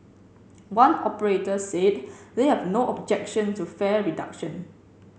one operator said they have no objection to fare reduction